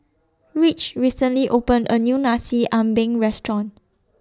Rich recently opened A New Nasi Ambeng Restaurant